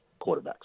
quarterbacks